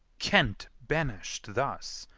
kent banish'd thus!